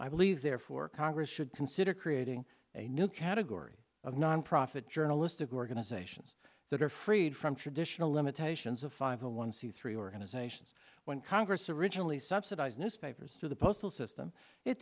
i believe therefore congress should consider creating a new category of nonprofit journalistic organizations that are freed from traditional limitations of five hundred one c three organizations when congress originally subsidized newspapers to the postal system it